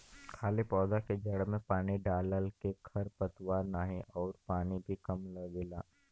खाली पौधा के जड़ में पानी डालला के खर पतवार नाही अउरी पानी भी कम लगेला